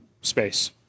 space